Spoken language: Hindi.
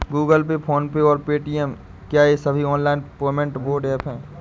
गूगल पे फोन पे और पेटीएम क्या ये सभी ऑनलाइन पेमेंट मोड ऐप हैं?